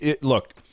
look